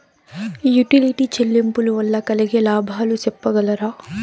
Utility చెల్లింపులు వల్ల కలిగే లాభాలు సెప్పగలరా?